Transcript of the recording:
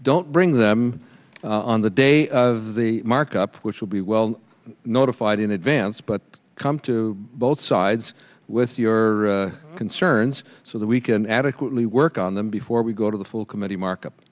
don't bring them on the day of the markup which would be well notified in advance but come to both sides with your concerns so that we can adequately work on them before we go to the full committee markup